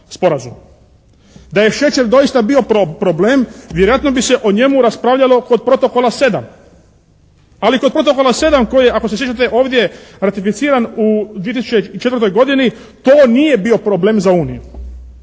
Da je šećer doista bio problem vjerojatno bi se o njemu raspravljalo kod Protokola 7. Ali kod Protokola 7. koji je, ako se sjećate ovdje ratificiran u 2004. godini. To nije bio problem za Uniju.